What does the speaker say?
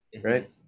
right